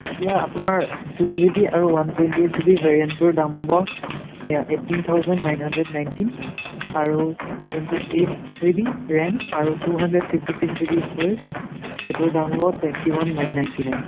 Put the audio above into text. এতিয়া আপোনাৰ six GB আৰু ওৱান টুৱেন্টি এইট জিবি ভেৰিয়েণ্টৰ দাম হ'ব এয়া eighteen thousand nine hundred nineteen আৰু যোনতো এইট জিবি ৰেম আৰু two hundred fifty six GB storage সেইটোৰ দাম হ'ব twenty one nine ninety nine